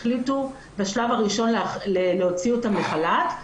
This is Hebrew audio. החליטו בשלב הראשון להוציא אותן לחל"ת,